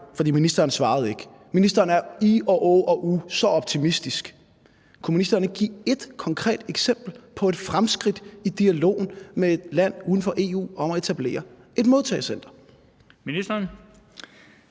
for ministeren svarede ikke: Ministeren er ih, åh og uh så optimistisk, så kunne ministeren ikke give ét konkret eksempel på et fremskridt i dialogen med et land uden for EU om at etablere et modtagecenter? Kl.